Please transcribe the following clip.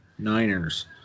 niners